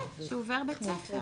כן, שהוא עובר בית ספר.